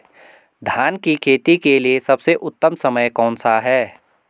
धान की खेती के लिए सबसे उत्तम समय कौनसा है?